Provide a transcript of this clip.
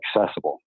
accessible